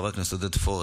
חבר הכנסת עודד פורר,